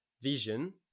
vision